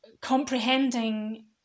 comprehending